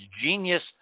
genius